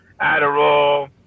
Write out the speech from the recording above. Adderall